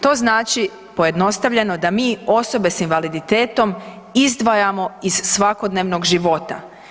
To znači pojednostavljeno da mi osobe s invaliditetom izdvajamo iz svakodnevnog života.